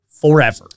Forever